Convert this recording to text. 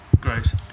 great